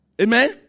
Amen